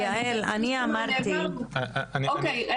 יעל, אני אמרתי ------ העברנו.